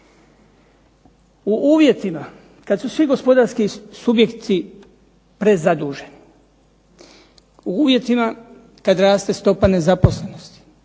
U uvjetima kad su svi gospodarski subjekti prezaduženi, u uvjetima kad raste stopa nezaposlenosti,